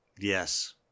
Yes